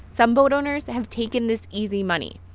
some boat owners have taken this easy money.